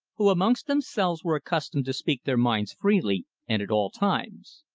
who amongst themselves were accustomed to speak their minds freely, and at all times.